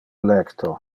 lecto